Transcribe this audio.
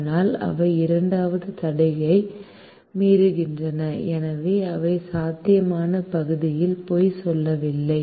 ஆனால் அவை இரண்டாவது தடையை மீறுகின்றன எனவே அவை சாத்தியமான பகுதியில் பொய் சொல்லவில்லை